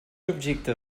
objecte